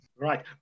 Right